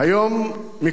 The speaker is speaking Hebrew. מכל הימים,